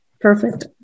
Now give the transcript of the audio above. perfect